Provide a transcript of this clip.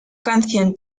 canción